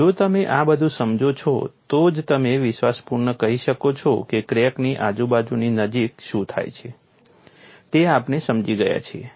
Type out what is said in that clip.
જો તમે આ બધું સમજો છો તો જ તમે વિશ્વાસપૂર્વક કહી શકો છો કે ક્રેકની આજુબાજુની નજીક શું થાય છે તે આપણે સમજી ગયા છીએ